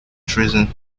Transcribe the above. treason